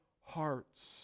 hearts